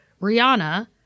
Rihanna